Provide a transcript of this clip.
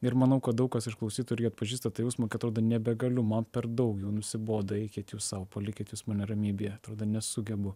ir manau kad daug kas iš klausytojų irgi atpažįsta tą jausmą kai atrodo nebegaliu man per daug jau nusibodo eikit jūs sau palikit jūs mane ramybėje atrodo nesugebu